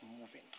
moving